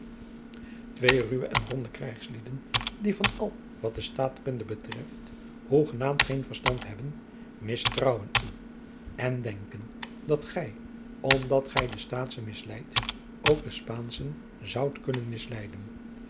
twee ruwe en ronde krijgslieden die van al wat de staatkunde betreft hoegenaamd geen verstand hebben mistrouwen u en denken dat gij omdat gij de staatschen misleidt ook de spaanschen zoudt kunnen misleiden